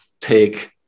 take